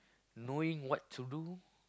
knowing what to do